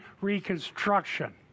Reconstruction